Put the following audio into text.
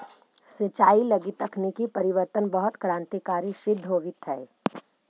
सिंचाई लगी तकनीकी परिवर्तन बहुत क्रान्तिकारी सिद्ध होवित हइ